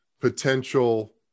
potential